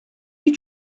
you